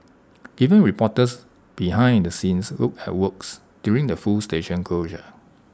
giving reporters behind the scenes look at works during the full station closure